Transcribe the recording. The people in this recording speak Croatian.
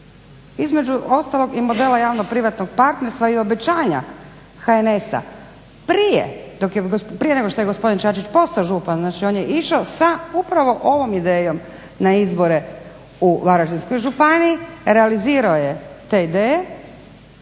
između ostalog i modela javno-privatnog partnerstva i obećanja HNS-a prije nego što je gospodin Čačić postao župan, znači on je išao sa upravo ovom idejom na izbore u Varaždinskoj županiji, realizirao je te ideje